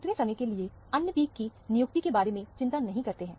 उतने समय के लिए अन्य पीक की नियुक्ति के बारे में चिंता नहीं करते हैं